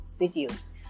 videos